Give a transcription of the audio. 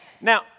Now